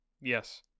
yes